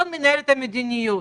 מנהל את המדיניות.